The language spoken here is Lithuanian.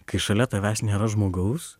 kai šalia tavęs nėra žmogaus